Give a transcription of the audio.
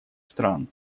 стран